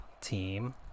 team